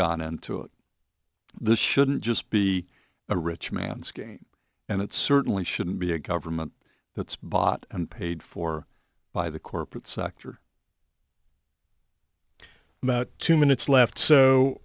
gone into it this shouldn't just be a rich man's game and it certainly shouldn't be a government that's bought and paid for by the corporate sector about two minutes left so